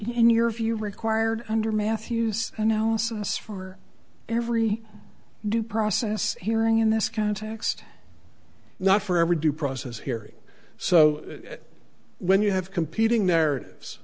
n your view required under matthew's analysis for every due process hearing in this context not for every due process hearing so that when you have competing narratives